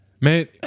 Man